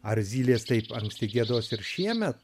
ar zylės taip anksti giedos ir šieme